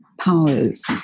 powers